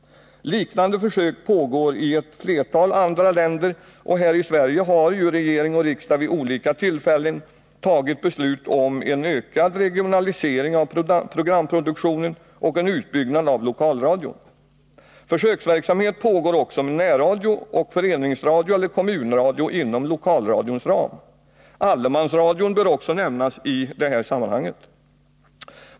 Liknande försök pågår i ett flertal andra länder, och här i Sverige har ju regering och riksdag vid olika tillfällen fattat beslut om en ökad regionalisering av programproduktionen och en utbyggnad av lokalradion. Försöksverksamhet pågår också med närradio och föreningsradio eller kommunradio inom lokalradions ram. Allemansradion bör också nämnas i detta sammanhang.